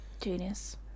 Genius